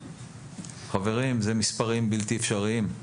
חברים זה מספרים בלתי אפשריים,